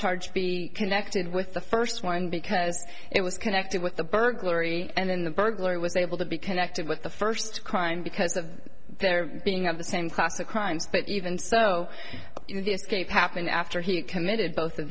charge be connected with the first one because it was connected with the burglary and then the burglar was able to be connected with the first crime because of their being of the same class of crimes but even so you know the escape happened after he committed both of